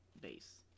base